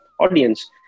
audience